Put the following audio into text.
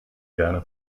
gerne